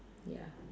ya